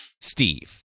steve